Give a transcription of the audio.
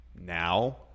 Now